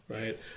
Right